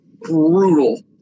brutal